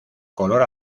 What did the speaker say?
color